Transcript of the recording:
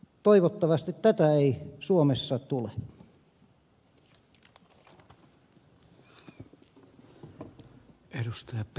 toivottavasti tätä ei suomessa tule